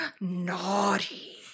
naughty